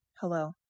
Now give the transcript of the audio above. hello